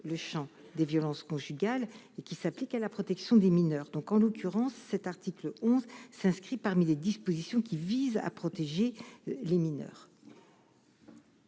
le Champ des violences conjugales et qui s'applique à la protection des mineurs, donc en l'occurrence cet article 11 s'inscrit parmi les dispositions qui visent à protéger les mineurs.